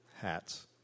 hats